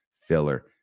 filler